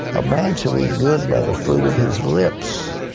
a man shall eat good by the fruit of his lips.